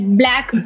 black